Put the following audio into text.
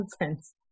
nonsense